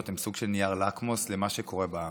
הן סוג של נייר לקמוס למה שקורה בעם.